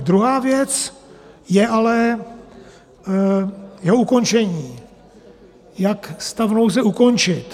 Druhá věc je ale ukončení, jak stav nouze ukončit.